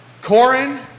Corin